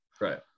Right